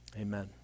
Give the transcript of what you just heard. amen